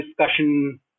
discussion